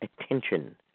attention